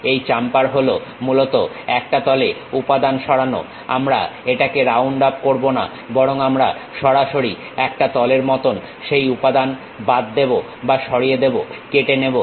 একটা চাম্পার হল মূলত একটা তলে উপাদান সরানো আমরা এটাকে রাউন্ড অফ করবো না বরং আমরা সরাসরি একটা তলের মতন সেই উপাদান বাদ দেবো বা সরিয়ে দেবো কেটে নেবো